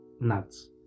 nuts